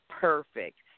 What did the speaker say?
perfect